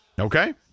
Okay